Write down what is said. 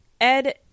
Ed